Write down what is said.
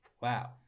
Wow